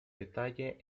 detalle